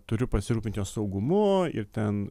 turiu pasirūpint jos saugumu ir ten